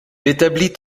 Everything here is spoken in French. établit